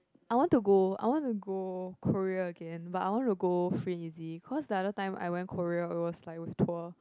I want to go I want to go Korea again but I want to go free easy cause the other time I went Korea it was like it was tour